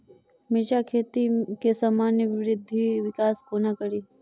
मिर्चा खेती केँ सामान्य वृद्धि विकास कोना करि?